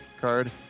card